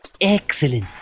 Excellent